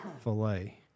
filet